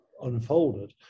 unfolded